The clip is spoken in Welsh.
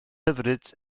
hyfryd